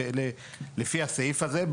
לפי הסעיף הזה,